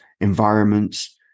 environments